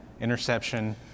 interception